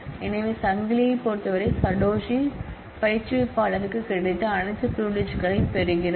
எனவே சங்கிலியைப் பொறுத்தவரை சடோஷி பயிற்றுவிப்பாளருக்கு கிடைத்த அனைத்து பிரிவிலிஜ்களையும் பெறுகிறார்